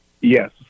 Yes